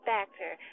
Factor